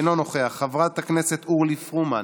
אינו נוכח, חברת הכנסת אורלי פרומן,